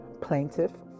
plaintiff